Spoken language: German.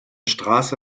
straße